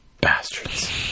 bastards